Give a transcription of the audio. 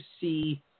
see